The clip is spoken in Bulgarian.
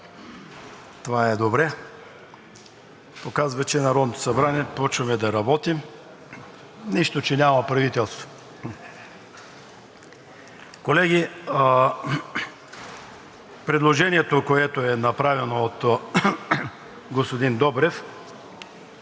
това е добре. Показва, че Народното събрание почваме да работим, нищо, че няма правителство. Колеги, предложението, което е направено от господин Добрев,